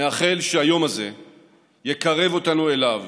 נאחל שהיום הזה יקרב אותנו אליו